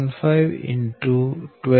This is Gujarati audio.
015 X 12